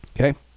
Okay